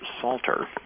Salter